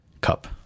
Cup